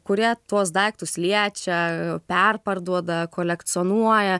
kurie tuos daiktus liečia perparduoda kolekcionuoja